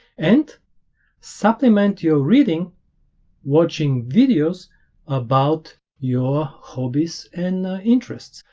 and supplement your reading watching videos about your hobbies and interests,